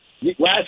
Last